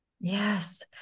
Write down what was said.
yes